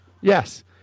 Yes